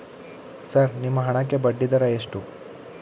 Sir ನಿಮ್ಮ ಹಣಕ್ಕೆ ಬಡ್ಡಿದರ ಎಷ್ಟು?